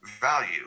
value